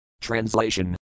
Translation